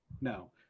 no